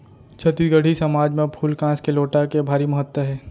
छत्तीसगढ़ी समाज म फूल कांस के लोटा के भारी महत्ता हे